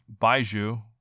Baiju